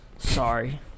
sorry